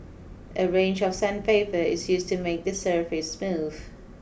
a range of sandpaper is used to make the surface smooth